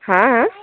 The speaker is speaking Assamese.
হা